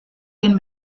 den